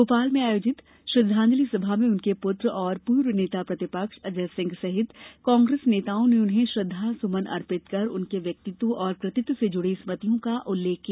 भोपाल में आयोजित श्रद्वांजलि सभा में उनके पुत्र और पूर्व नेता प्रतिपक्ष अजय सिंह सहित कांग्रेस नेताओं ने उन्हें श्रद्वा सुमन अर्पित कर उनके व्यक्तितव और कृतित्व से जुड़ी स्मृतियों को उल्लेख किया